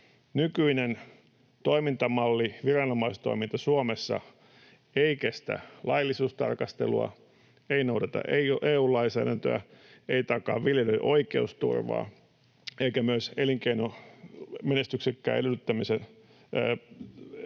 Nykyinen toimintamalli, viranomaistoiminta Suomessa, ei kestä laillisuustarkastelua, ei noudata EU-lainsäädäntöä, ei takaa viljelijöille oikeusturvaa. Myöskään elinkeinon menestyksekkään suorittamisen edellytykset